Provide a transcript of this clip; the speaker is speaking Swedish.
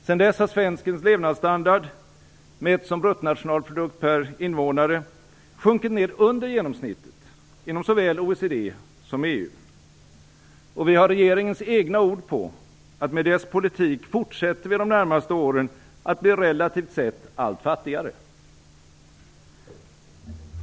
Sedan dess har svenskens levnadsstandard, mätt som bruttonationalprodukt per invånare, sjunkit ned under genomsnittet inom såväl OECD som EU. Och vi har regeringens egna ord på att med dess politik fortsätter vi de närmaste åren att bli relativt sett allt fattigare.